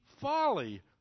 folly